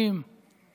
האחרונים